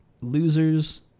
losers